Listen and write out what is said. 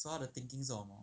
so 他的 thinking 是什么